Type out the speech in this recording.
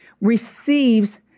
receives